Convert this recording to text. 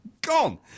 gone